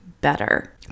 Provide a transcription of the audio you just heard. better